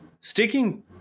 sticking